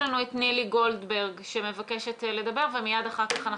נילי גולדברג, בבקשה.